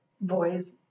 boys